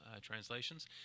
translations